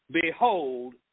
Behold